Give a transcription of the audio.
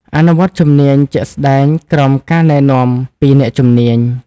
អនុវត្តជំនាញជាក់ស្តែងក្រោមការណែនាំពីអ្នកជំនាញ។